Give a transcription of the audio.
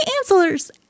answers